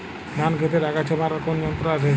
ধান ক্ষেতের আগাছা মারার কোন যন্ত্র আছে?